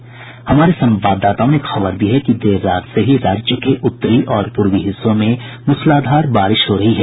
इधर हमारे संवाददाताओं ने खबर दी है कि देर रात से ही राज्य के उत्तरी और पूर्वी हिस्सों में मूसलाधार बारिश हो रही है